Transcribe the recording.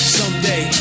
someday